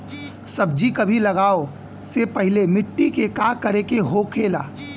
सब्जी कभी लगाओ से पहले मिट्टी के का करे के होखे ला?